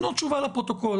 תנו תשובה לפרוטוקול.